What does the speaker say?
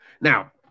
Now